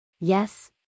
Yes